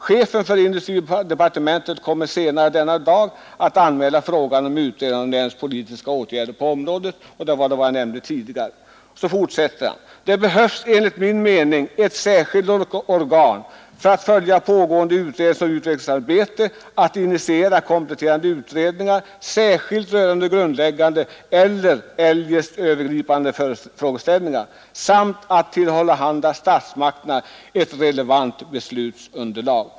Chefen för industridepartementet kommer senare denna dag att anmäla frågan om utredning av näringspolitiska åtgärder på dataområdet.” Det var detta jag tidigare nämnde. Finansministern fortsätter på följande sätt: ”Det behövs enligt min mening ett särskilt organ för att följa pågående utredningsoch utvecklingsarbete, att initiera kompletterande utredningar — särskilt rörande grundläggande eller eljest övergripande frågeställningar — samt att tillhandahålla statsmakterna ett relevant beslutsunderlag.